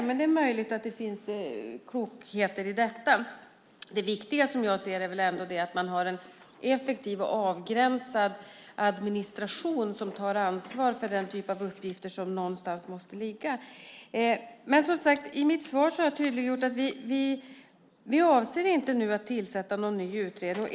Men det är möjligt att det finns klokheter i detta. Det viktiga är ändå som jag ser det att man har en effektiv och avgränsad administration som tar ansvar för den typ av uppgifter som måste ligga någonstans. I mitt svar har jag tydliggjort att vi nu inte avser att tillsätta någon ny utredning.